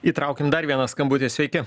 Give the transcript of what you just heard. įtraukim dar vieną skambutį sveiki